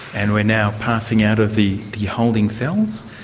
and we're now passing out of the the holding cells